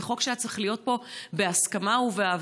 זה חוק שהיה צריך להיות פה בהסכמה ובהבנה.